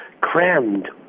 crammed